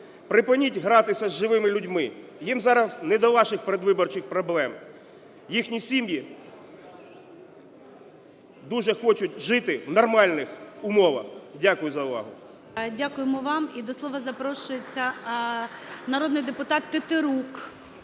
Припиніть гратися з живими людьми, їм зараз не до ваших передвиборчих проблем. Їхні сім'ї дуже хочуть жити в нормальних умовах. Дякую за увагу. ГОЛОВУЮЧИЙ. Дякуємо вам. І до слова запрошується народний депутат Тетерук.